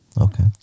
Okay